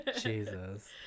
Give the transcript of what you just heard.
Jesus